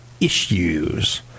issues